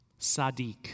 Sadiq